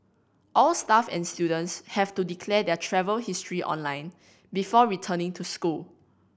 all staff and students have to declare their travel history online before returning to school